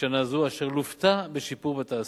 בשנה זו, אשר לוותה בשיפור בתעסוקה.